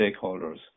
stakeholders